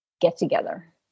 get-together